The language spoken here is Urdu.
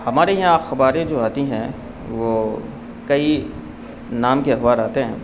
ہمارے یہاں اخباریں جو آتی ہیں وہ کئی نام کے اخبار آتے ہیں